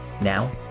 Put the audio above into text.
Now